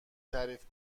تعریف